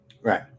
right